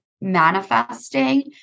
manifesting